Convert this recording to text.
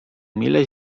mile